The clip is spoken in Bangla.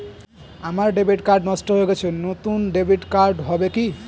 আমার ডেবিট কার্ড নষ্ট হয়ে গেছে নূতন ডেবিট কার্ড হবে কি?